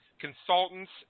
consultants